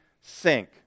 sink